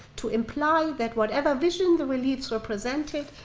to imply that whatever vision the reliefs were presented,